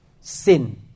sin